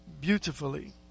beautifully